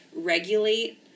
Regulate